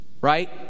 right